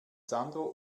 sandro